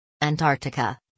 Antarctica